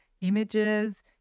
images